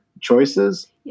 choices